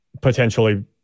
potentially